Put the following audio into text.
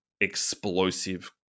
explosive